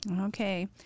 Okay